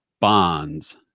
bonds